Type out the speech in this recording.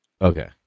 Okay